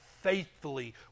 faithfully